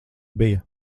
bija